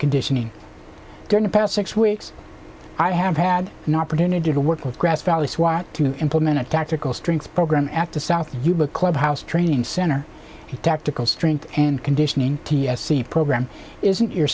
conditioning during the past six weeks i have had an opportunity to work with grass valley swat to implement a tactical strength program at the south you book club house training center tactical strength and conditioning d s c program isn't your